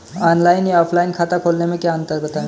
Online या offline खाता खोलने में क्या अंतर है बताएँ?